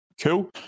cool